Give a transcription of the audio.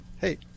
hey